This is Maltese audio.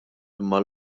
imma